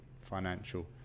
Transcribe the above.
financial